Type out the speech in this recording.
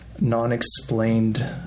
non-explained